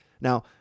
Now